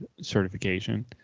certification